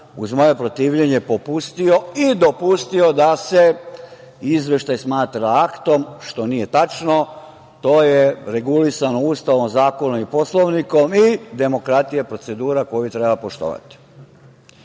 uz moje protivljenje popustio i dopustio da se izveštaj smatra aktom, što nije tačno. To je regulisano Ustavom, zakonom i Poslovnikom i demokratija je procedura koju treba poštovati. Što